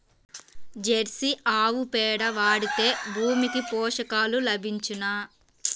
Jersey ఆవు పేడ వాడితే భూమికి పోషకాలు లభించునా?